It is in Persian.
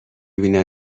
بینن